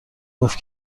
گفت